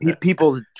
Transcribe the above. people